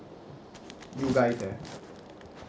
you guys leh